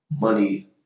money